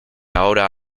ahora